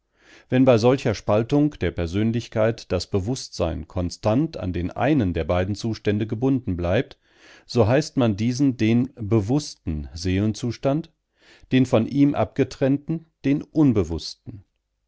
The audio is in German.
wenn bei solcher spaltung der persönlichkeit das bewußtsein konstant an den einen der beiden zustände gebunden bleibt so heißt man diesen den bewußten seelenzustand den von ihm abgetrennten den unbewußten